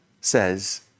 says